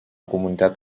comunitat